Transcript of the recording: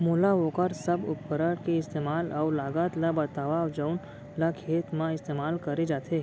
मोला वोकर सब उपकरण के इस्तेमाल अऊ लागत ल बतावव जउन ल खेत म इस्तेमाल करे जाथे?